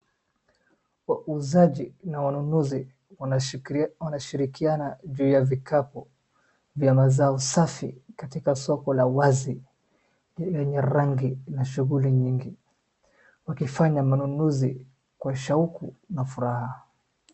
Wauzajii na wanunuzi wanashirikiana juu ya vikapu vya mazao safi katika soko la wazi lenye rangi na shughuli nyingi, wakifanya manunuzi kwa shauku na furaha.